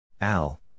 Al